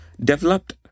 developed